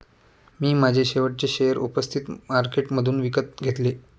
मी माझे शेवटचे शेअर उपस्थित मार्केटमधून विकत घेतले